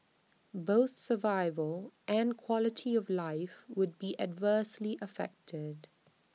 both survival and quality of life would be adversely affected